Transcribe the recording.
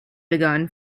begun